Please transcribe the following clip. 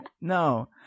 No